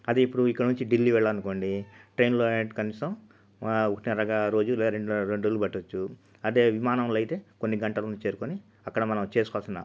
అదే ఇప్పుడు ఇక్కడ నుంచి ఢిల్లీ వెళ్లాలి అనుకోండి ట్రైన్లో అయితే కనీసం ఒకటిన్నర రోజు లేదా రె రెండు రోజులు పట్టవచ్చు అదే విమానంలో అయితే కొన్ని గంటల్లో చేరుకొని అక్కడ మనం చేసుకోవాల్సిన